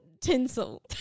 tinsel